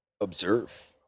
observe